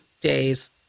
days